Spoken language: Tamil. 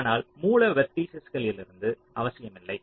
ஆனால் மூல வெர்டீசஸ்களிலிருந்து அவசியமில்லை